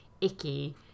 icky